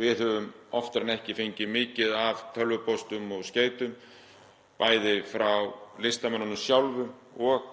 Við höfum oftar en ekki fengið mikið af tölvupóstum og skeytum, bæði frá listamönnunum sjálfum og